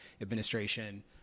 Administration